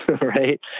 right